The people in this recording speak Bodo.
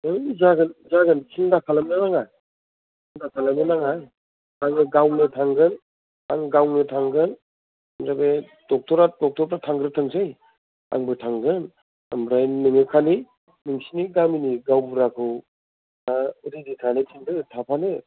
है जागोन जागोन सिन्था खालामनो नाङा सिन्था खालायनो नाङा आङो गावनो थांगोन आं गावनो थांगोन नोङो डक्ट'र आ डक्ट'र फोरा थांग्रोथोंसै आंबो थांगोन ओमफ्राय नोङो खालि नोंसोरनि गामिनि गावबुराखौ दा रेडि थानो थिन्दो थाफानो